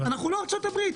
אנחנו לא ארצות הברית.